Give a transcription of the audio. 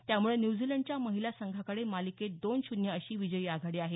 त्यामुळे न्यूझीलंडच्या महिला संघाकडे मालिकेत दोन शून्य अशी विजयी आघाडी आहे